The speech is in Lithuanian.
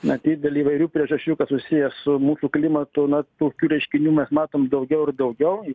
matyt dėl įvairių priežasčių kas susiję su mūsų klimatu na tokių reiškinių mes matom daugiau ir daugiau